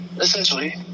essentially